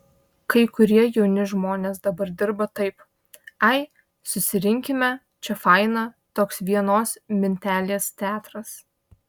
kai kurie jauni žmonės dabar dirba taip ai susirinkime čia faina toks vienos mintelės teatras